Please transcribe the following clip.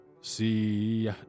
see